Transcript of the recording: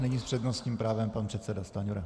Nyní s přednostním právem pan předseda Stanjura.